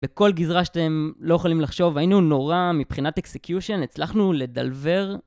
בכל גזרה שאתם לא יכולים לחשוב, היינו נורא מבחינת אקסקיושן, הצלחנו לדלבר.